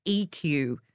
EQ